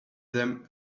them